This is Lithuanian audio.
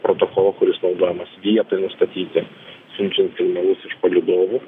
protokolu kuris naudojamas vietai nustatyti siunčiant signalus iš palydovų